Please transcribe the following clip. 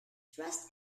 trust